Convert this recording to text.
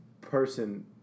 person